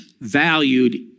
valued